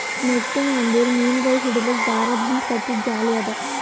netting ಅಂದುರ್ ಮೀನಗೊಳ್ ಹಿಡಿಲುಕ್ ದಾರದ್ ಲಿಂತ್ ಕಟ್ಟಿದು ಜಾಲಿ ಅದಾ